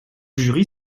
jury